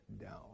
down